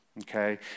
Okay